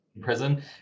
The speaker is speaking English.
prison